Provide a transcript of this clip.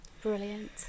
Brilliant